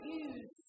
use